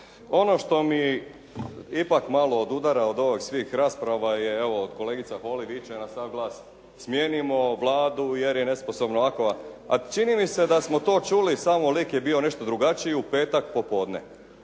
ono što mi ipak malo odudara od ovih svih rasprava je, evo kolegica Holy viče na sav glas, smijenimo Vladu jer je nesposobna ovakova, a čini mi se da smo to čuli samo lik je bio nešto drugačiji u petak po podne.